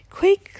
Quick